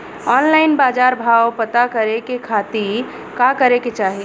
Online बाजार भाव पता करे के खाती का करे के चाही?